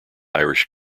irish